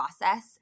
process